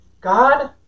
God